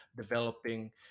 developing